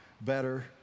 better